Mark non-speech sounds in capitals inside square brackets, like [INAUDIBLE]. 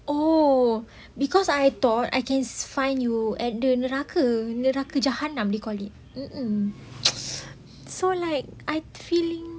oh because I thought I can find you at the neraka neraka jahanam kau they call it mm mm [NOISE] so like I feeling